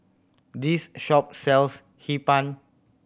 this shop sells Hee Pan